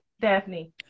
Daphne